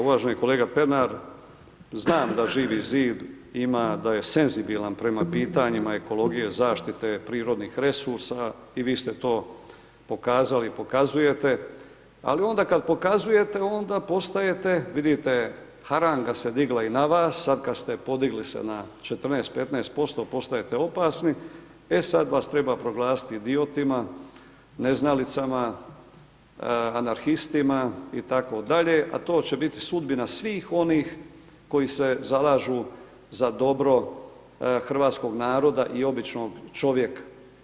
Uvaženi kolega Pernar, znam da Živi zid ima da je senzibilan prema pitanjima ekologije zaštite prirodnih resursa i vi ste to pokazali i pokazujete ali onda kad pokazujete, onda postajete vidite, haranga se digla i na vas sad kad ste podigli se na 14, 15%, postajete opasni, e sad vas treba proglasiti idiotima, neznalicama, anarhistima i tako dalje, a to će biti sudbina svih onih koji se zalažu za dobro hrvatskog naroda i običnog čovjeka.